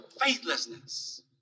faithlessness